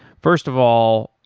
first of all,